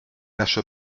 lâche